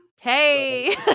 Hey